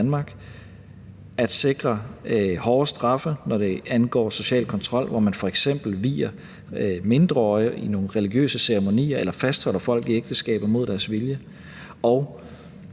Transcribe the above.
at sikre hårdere straffe, når det handler om social kontrol, hvor man f.eks. vier mindreårige i nogle religiøse ceremonier eller fastholder folk i ægteskaber mod deres vilje,